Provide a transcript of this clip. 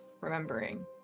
remembering